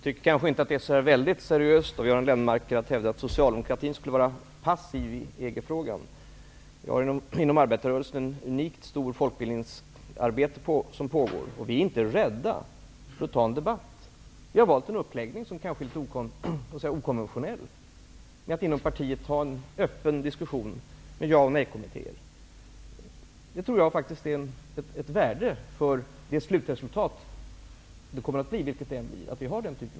Herr talman! Det är inte särskilt seriöst av Göran Lennmarker att hävda att socialdemokratin skulle vara passiv i EG-frågan. Inom arbetarrörelsen har vi ett stort och unikt folkbildningsarbete som pågår. Vi socialdemokrater är inte rädda för att debattera. Vi har valt en uppläggning som kanske är litet okonventionell. Den innebär att vi har en öppen diskussion inom partiet, med ja och nejkommittéer. Jag tror att den typen av debatt är av värde för slutresultatet, vilket resultatet än blir.